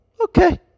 Okay